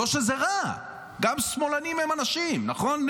לא שזה רע, גם שמאלנים הם אנשים, נכון,